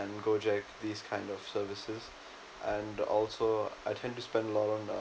gojek these kind of services and also I tend to spend a lot on uh